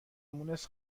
مونس